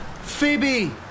Phoebe